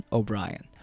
O'Brien